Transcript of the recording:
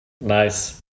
Nice